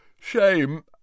Shame